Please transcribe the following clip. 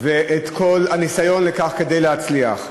ואת כל הניסיון כדי להצליח.